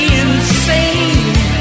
insane